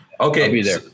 Okay